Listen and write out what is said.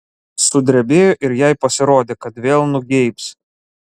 sudrebėjo ir jai pasirodė kad vėl nugeibs